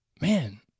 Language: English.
man